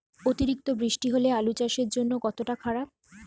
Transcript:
অতিরিক্ত বৃষ্টি হলে আলু চাষের জন্য কতটা খারাপ?